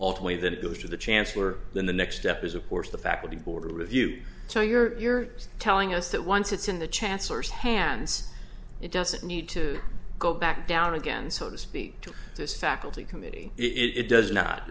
way then it goes to the chancellor then the next step is of course the faculty border review so you're telling us that once it's in the chancellor's hands it doesn't need to go back down again so to speak to this faculty committee it does not